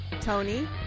Tony